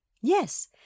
Yes